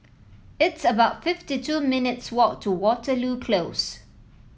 it's about fifty two minutes' walk to Waterloo Close